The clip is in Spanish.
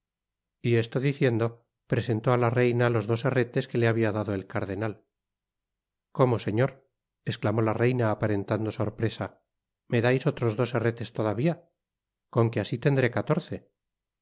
y esto diciendo presentó á la reina los dos herretes que le habia dado el cardenal como señor esclamó la reina aparentando sorpresa me dais otros dos herretes todavia con que asi tendré catorce